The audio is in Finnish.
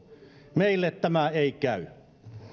meille tämä ei käy